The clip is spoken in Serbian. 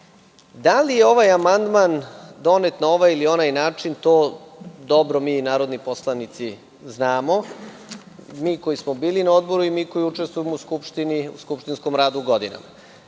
li je ovaj amandman donet na ovaj ili onaj način, to mi narodni poslanici dobro znamo, mi koji smo bili na Odboru i mi koji učestvujemo u skupštinskom radu godinama.